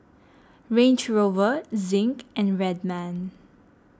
Range Rover Zinc and Red Man